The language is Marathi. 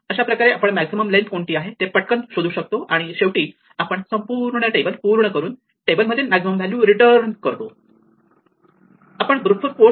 अशाप्रकारे आपण मॅक्झिमम लेन्थ कोणती आहे ते पटकन शोधू शकतो आणि शेवटी आपण संपूर्ण टेबल पूर्ण करून टेबल मधील मॅक्झिमम व्हॅल्यू रिटर्न करतो